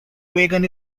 wagon